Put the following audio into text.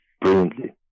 brilliantly